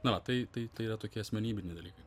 na va tai tai tai yra tokie asmenybiniai dalykai